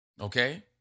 Okay